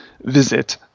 visit